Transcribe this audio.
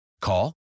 Call